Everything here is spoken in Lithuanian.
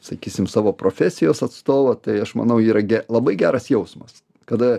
sakysim savo profesijos atstovą tai aš manau yra labai geras jausmas kada